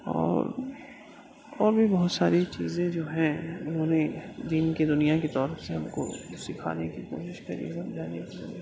اور اور بھی بہت ساری چیزیں جو ہیں انہوں نے دین کی دنیا کی طور سے ہم کو سکھانے کی کوشش کری سمجھانے کی کوشش کری